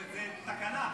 זו תקנה.